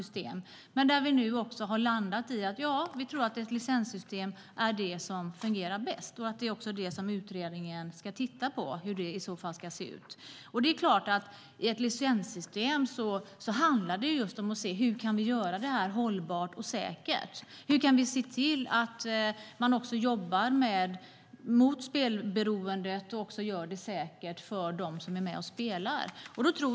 Där har vi nu landat i att vi tror att ett licenssystem är det som fungerar bäst. Det är också detta som utredningen ska titta på. Det handlar om att se hur man kan göra ett licenssystem hållbart och säkert. Hur kan vi se till att man också jobbar mot spelberoende och gör det säkert för dem som är med och spelar?